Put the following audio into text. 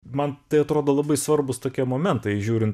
man tai atrodo labai svarbūs tokie momentai žiūrint